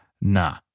Nah